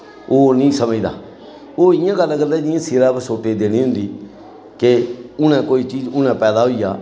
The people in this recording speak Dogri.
ओह् निं समझदा ओह् इ'यां गल्ल करदा जि'यां सिरा पर सोट्टे दा देनी होंदी के हूनै कोई चीज हूनै पैदा होई जा